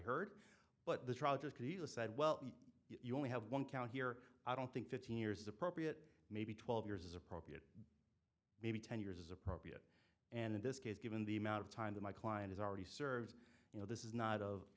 heard but the trial just said well you only have one count here i don't think fifteen years is appropriate maybe twelve years is appropriate maybe ten years is appropriate and in this case given the amount of time that my client is already served you know this is not of